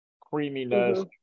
creaminess